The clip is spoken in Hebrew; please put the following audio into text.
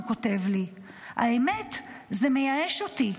כך הוא כותב לי: האמת, זה מייאש אותי,